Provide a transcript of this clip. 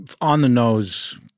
on-the-nose